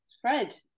Fred